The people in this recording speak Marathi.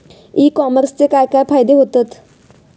ई कॉमर्सचे काय काय फायदे होतत?